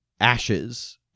ashes